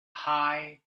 high